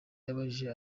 yabajije